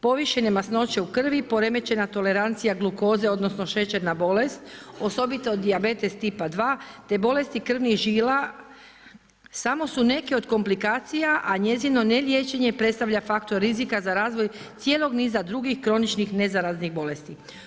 Povišene masnoće u krvi, poremećena tolerancija glukoze, odnosno šećerna bolest, osobito dijabetes tipa 2 te bolesti krvnih žila, samo su neke od komplikacija a njezino ne liječenje predstavlja faktor rizika za razvoj cijelog niza drugih kroničnih nezaraznih bolesti.